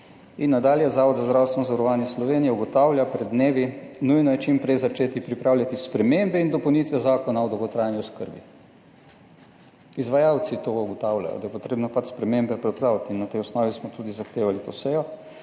In nadalje. Zavod za zdravstveno zavarovanje Slovenije ugotavlja pred dnevi, nujno je čim prej začeti pripravljati spremembe in dopolnitve Zakona o dolgotrajni oskrbi. Izvajalci to ugotavljajo, da je potrebno pač spremembe pripraviti in na tej osnovi smo tudi zahtevali to sejo,